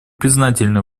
признательны